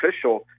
official